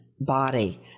body